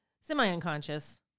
semi-unconscious